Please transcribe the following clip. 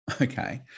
okay